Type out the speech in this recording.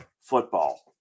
football